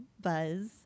buzz